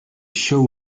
show